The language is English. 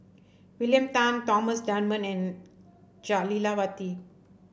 William Tan Thomas Dunman and Jah Lelawati